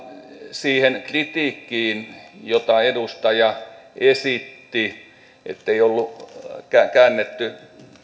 siihen kritiikkiin jota edustaja esitti ettei ollut käännetty